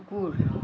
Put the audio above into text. কুকুৰ